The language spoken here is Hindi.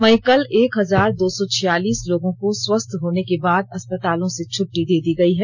वहीं कल एक हजार दो सौ छियालीस लोगों को स्वस्थ होने के बाद अस्पतालों से छुटटी दे गई है